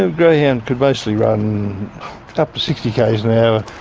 ah greyhound could mostly run up to sixty k's an hour,